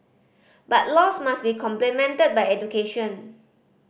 but laws must be complemented by education